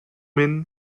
min